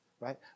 right